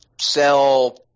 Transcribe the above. sell